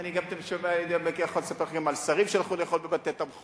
אני יכול לספר לכם על שרים שהלכו לאכול בבתי-תמחוי,